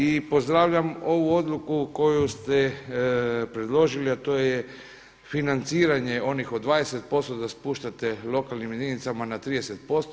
I pozdravljam ovu odluku koju ste predložili a to je financiranje onih od 20% da spuštate lokalnim jedinicama na 30%